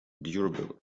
durable